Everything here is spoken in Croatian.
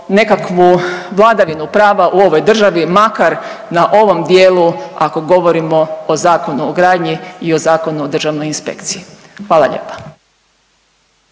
nekakvu vladavinu prava u ovoj državi makar na ovom dijelu ako govorimo o Zakonu o gradnji i o Zakonu o Državnoj inspekciji. Hvala lijepa.